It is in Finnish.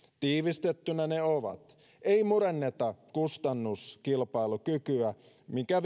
tiivistettyinä ne ovat ei murenneta kustannuskilpailukykyä mikä